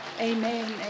amen